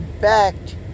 backed